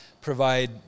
provide